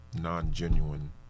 non-genuine